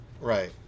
Right